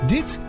Dit